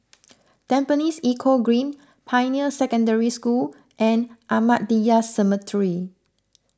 Tampines Eco Green Pioneer Secondary School and Ahmadiyya Cemetery